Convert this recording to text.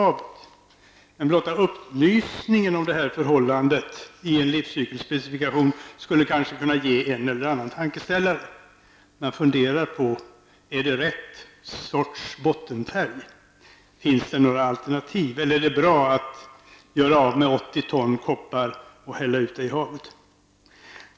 Men blotta upplysningen om det förhållandet i en livscykelspecifikation skulle kanske kunna ge en eller annan tankeställare. Man skulle kunna fundera över om det är rätt sorts bottenfärg, om det finns några alternativ eller om det är bra att göra av med 80 ton koppar och hälla ut det i havet.